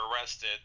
arrested